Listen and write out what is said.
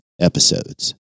episodes